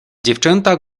dziewczęta